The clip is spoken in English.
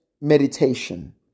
meditation